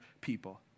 people